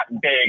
big